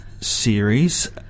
series